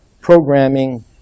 programming